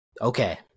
Okay